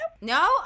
No